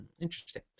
interesting